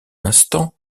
instant